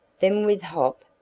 then with hop,